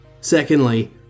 Secondly